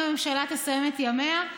אם הממשלה תסיים את ימיה,